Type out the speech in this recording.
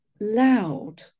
loud